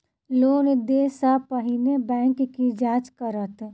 Loan देय सा पहिने बैंक की जाँच करत?